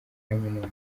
kaminuza